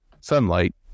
sunlight